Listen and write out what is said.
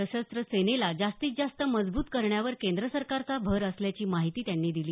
सशस्त्र सेनेला जास्तीत जास्त मजब्रत करण्यावर केंद्रसरकारचा भर असल्याची माहिती त्यांनी दिली